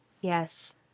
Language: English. Yes